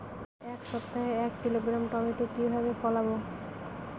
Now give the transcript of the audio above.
এক সপ্তাহে এক কিলোগ্রাম টমেটো কিভাবে ফলাবো?